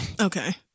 Okay